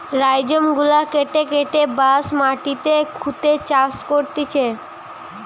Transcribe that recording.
rhizome গুলা কেটে কেটে বাঁশ মাটিতে পুঁতে চাষ করতিছে